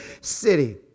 city